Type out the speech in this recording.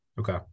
Okay